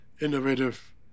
innovative